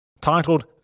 Titled